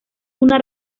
una